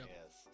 Yes